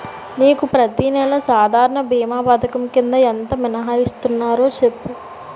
నీకు ప్రతి నెల సాధారణ భీమా పధకం కింద ఎంత మినహాయిస్తన్నారో సెప్పు